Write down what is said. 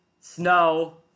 snow